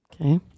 Okay